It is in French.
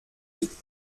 dites